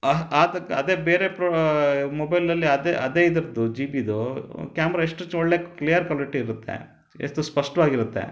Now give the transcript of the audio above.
ಆಹ್ ಅದು ಕ ಅದೇ ಬೇರೆ ಪ್ರೋ ಮೊಬೈಲ್ನಲ್ಲಿ ಅದೇ ಅದೇ ಇದರದ್ದು ಜಿ ಬಿದು ಕ್ಯಾಮ್ರಾ ಎಷ್ಟು ಚ್ ಒಳ್ಳೆಯ ಕ್ಲಿಯರ್ ಕೊಲಿಟಿ ಇರುತ್ತೆ ಎಷ್ಟು ಸ್ವಷ್ಟವಾಗಿರುತ್ತೆ